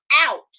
out